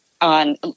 on